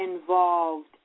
involved